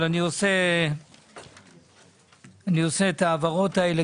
אבל אני עושה את ההעברות האלה,